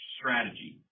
strategy